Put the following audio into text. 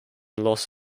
los